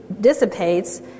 dissipates